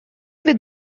with